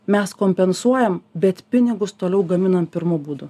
mes kompensuojam bet pinigus toliau gaminam pirmu būdu